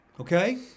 Okay